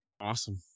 Awesome